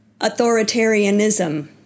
authoritarianism